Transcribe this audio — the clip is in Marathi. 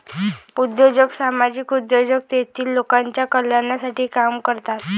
उद्योजक सामाजिक उद्योजक तेतील लोकांच्या कल्याणासाठी काम करतात